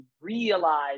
realize